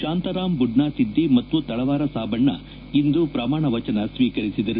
ಶಾಂತರಾಮ್ ಬುಡ್ನಾ ಸಿದ್ದಿ ಮತ್ತು ತಳವಾರ ಸಾಬಣ್ಣ ಇಂದು ಪ್ರಮಾಣ ವಚನ ಸ್ವೀಕರಿಸಿದರು